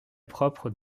propre